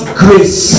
grace